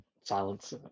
silence